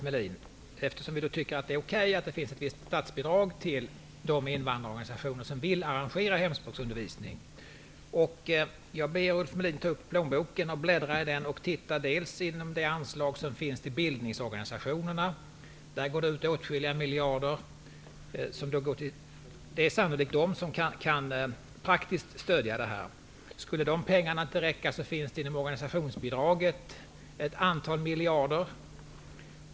Eftersom vi tycker att det är okej att det finns ett visst statsbidrag till de invandrarorganisationer som vill arrangera hemspråksundervisning frågade Ulf Melin var man skall ta pengarna. Jag ber Ulf Melin att ta upp plånboken och bläddra i den och t.ex. se på det anslag som finns till bildningsorganisationerna. Där går det ut åtskilliga miljarder. Det är sannolikt dessa pengar som kan användas till att stödja hemspråksundervisning. Om de pengarna inte skulle räcka finns det inom organisationsbidraget ett antal miljarder.